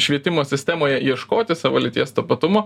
švietimo sistemoje ieškoti savo lyties tapatumo